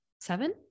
Seven